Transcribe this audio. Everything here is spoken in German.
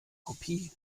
kopie